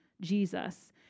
Jesus